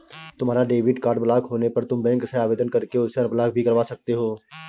तुम्हारा debit card block होने पर तुम बैंक से आवेदन करके उसे अनब्लॉक भी करवा सकते हो